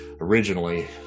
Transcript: originally